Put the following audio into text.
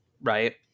Right